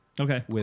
Okay